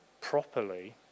properly